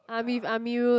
I'm with Amirul